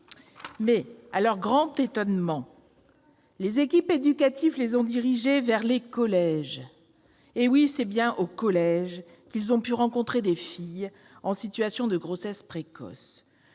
À leur grand étonnement, les équipes éducatives les ont dirigés vers les collèges. Eh oui, c'est bien dans des collèges que ces étudiants ont pu rencontrer des filles en situation de grossesse précoce